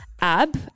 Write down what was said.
Ab